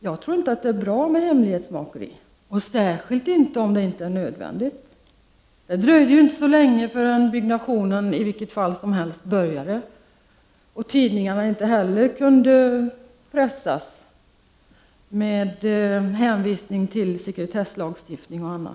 Jag tror inte att det är bra med hemlighetsmakeri, särskilt inte om det inte är nödvändigt. Det dröjde ju inte så länge förrän byggandet i vilket fall började, och tidningarna kunde inte heller pressas med hänvisning till sekretesslagstiftning och annat.